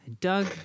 Doug